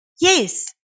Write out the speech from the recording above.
Yes